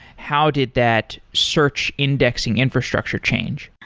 how did that search indexing infrastructure change?